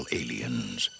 aliens